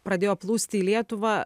pradėjo plūsti į lietuvą